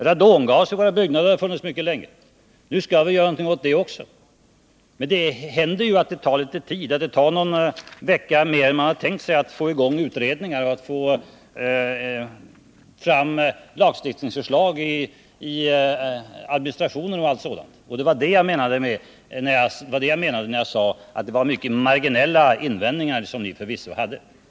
Radongasen i våra byggnader har också funnits där mycket länge. Nu skall vi göra någonting åt den saken också, men det kan ju hända att det tar litet tid. Det kan alltid dröja någon vecka längre än man hade tänkt sig att få i gång utredningar och att arbeta fram lagstiftningsförslag. Det var detta jag menade när jag sade att det var mycket marginella invändningar som ni förvisso hade att komma med.